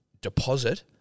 deposit